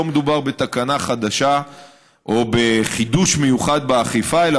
לא מדובר בתקנה חדשה או בחידוש מיוחד באכיפה אלא